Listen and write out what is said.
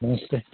नमस्ते